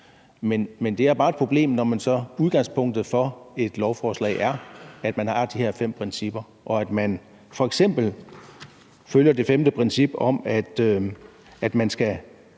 Men det er bare et problem, når så udgangspunktet for et lovforslag er, at man har de her fem principper, og at man f.eks. følger det femte princip om, at man skal